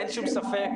אין שום ספק,